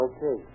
Okay